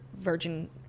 virgin